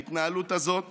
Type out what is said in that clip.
ההתנהלות הזאת